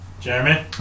Jeremy